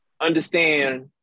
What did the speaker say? understand